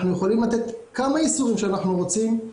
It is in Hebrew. אנחנו יכולים לתת כמה איסורים שאנחנו רוצים אבל